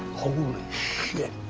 holy shit.